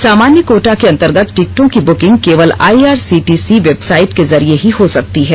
सामान्य कोटा के अंतर्गत टिकटों की बुकिंग केवल आईआरसीटीसी वेबसाइट के जरिए ही हो सकती है